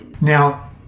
Now